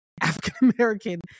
african-american